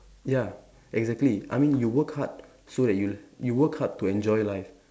ya exactly I mean you work hard so that you you work hard to enjoy life